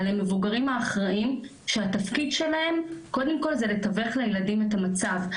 על המבוגרים האחראיים שהתפקיד שלהם הוא קודם כול לתווך לילדים את המצב.